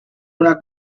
una